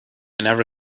never